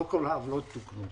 לא כל העוולות טופלו.